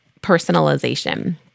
personalization